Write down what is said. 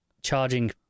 charging